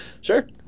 Sure